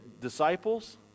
disciples